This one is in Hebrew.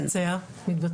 זה מתבצע.